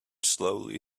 slowly